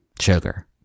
sugar